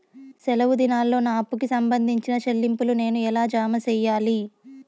సెలవు దినాల్లో నా అప్పుకి సంబంధించిన చెల్లింపులు నేను ఎలా జామ సెయ్యాలి?